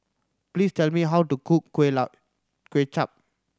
please tell me how to cook kuay Kuay Chap